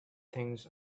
things